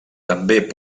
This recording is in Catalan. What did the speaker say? també